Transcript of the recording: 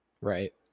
Right